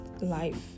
life